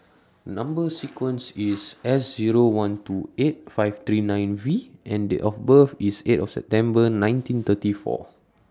Number sequence IS S Zero one two eight five three nine V and Date of birth IS eight of September nineteen thirty four